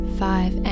five